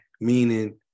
meaning